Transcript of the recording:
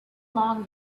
along